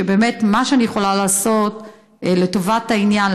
שבאמת מה שאני יכולה לעשות לטובת העניין,